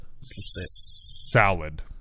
Salad